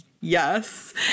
yes